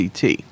CT